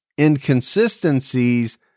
inconsistencies